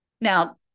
Now